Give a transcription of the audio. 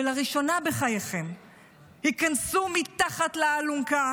ולראשונה בחייכם היכנסו מתחת לאלונקה,